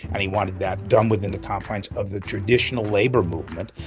and he wanted that done within the confines of the traditional labor movement,